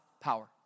power